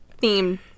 theme